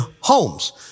homes